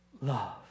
love